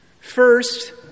First